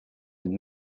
het